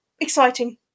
exciting